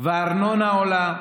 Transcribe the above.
והארנונה עולה,